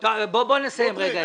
בואו נסיים קודם את זה.